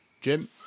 Jim